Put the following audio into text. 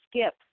skip